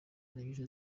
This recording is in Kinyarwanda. irengeje